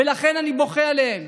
ולכן אני בוכה עליהם.